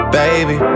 baby